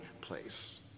place